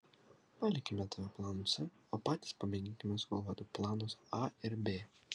palikime tave planui c o patys pamėginkime sugalvoti planus a ir b